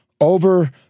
over